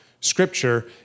Scripture